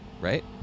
right